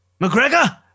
mcgregor